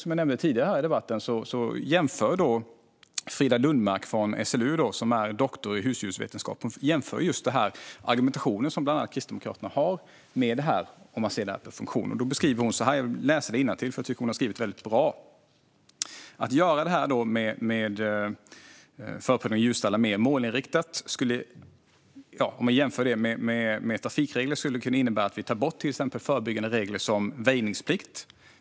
Som jag nämnde tidigare i debatten jämför Frida Lundmark från SLU, som är doktor i husdjursvetenskap, argumentationen från bland andra Kristdemokraterna med att se på funktion. Jag ska läsa innantill, för jag tycker att hon har skrivit väldigt bra. Hon beskriver det så här: Om man jämför att göra förprövning av djurstallar mer målinriktat med trafikregler skulle det kunna innebära att vi tar bort till exempel förebyggande regler som väjningsplikt.